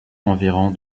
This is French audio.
environ